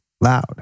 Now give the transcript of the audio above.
loud